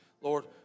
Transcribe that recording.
Lord